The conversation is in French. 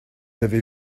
avez